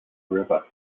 river